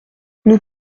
nous